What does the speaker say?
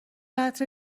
عطر